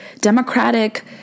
democratic